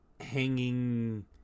hanging